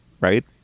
right